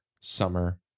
summer